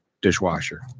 dishwasher